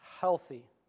healthy